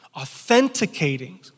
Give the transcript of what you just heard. authenticating